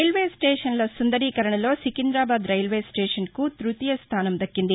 railway స్లేషన్ల సుందరీకరణలో సికిందాబాద్ రైల్వేస్టేషన్కు త్బతీయ స్థానం దక్కింది